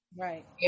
Right